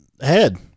head